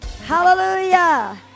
Hallelujah